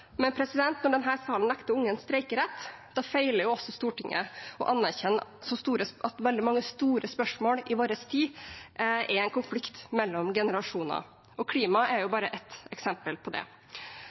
men når denne salen nekter unge streikerett, feiler også Stortinget i å anerkjenne at veldig mange store spørsmål i vår tid er en konflikt mellom generasjoner – og klima er